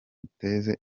duteze